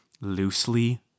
loosely